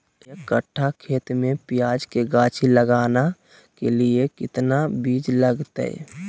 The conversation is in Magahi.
एक कट्ठा खेत में प्याज के गाछी लगाना के लिए कितना बिज लगतय?